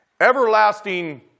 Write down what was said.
Everlasting